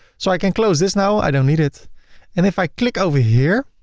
so i can close this now, i don't need it and if i click over here,